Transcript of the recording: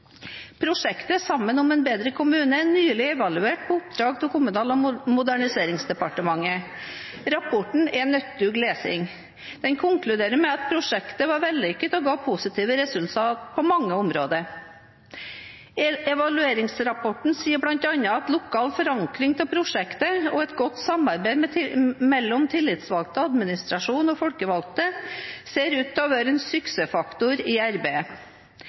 Prosjektet «Sammen om en bedre kommune» er nylig evaluert på oppdrag av Kommunal- og moderniseringsdepartementet. Rapporten er nyttig lesing. Den konkluderer med at prosjektet var vellykket og ga positive resultater på mange områder. Evalueringsrapporten sier bl.a. at lokal forankring av prosjektet og et godt samarbeid mellom tillitsvalgte, administrasjon og folkevalgte, ser ut til å være en suksessfaktor i arbeidet.